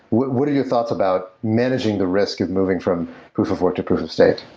what are your thoughts about managing the risk of moving from proof of work to proof of state?